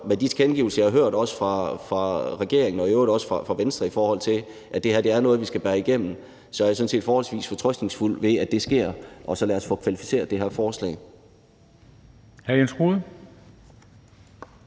med de tilkendegivelser, jeg har hørt, også fra regeringen og i øvrigt også fra Venstre, i forhold til at det her er noget, vi skal bære igennem, sådan set forholdsvis fortrøstningsfuld ved, at det sker. Og så lad os få kvalificeret det her forslag.